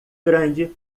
grande